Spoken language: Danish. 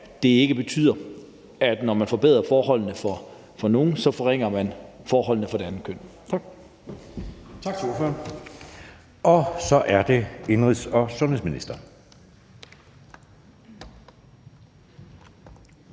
ikke betyder, at man, når man forbedrer forholdene for nogle, forringer forholdene for andre. Tak.